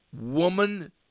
woman